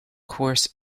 course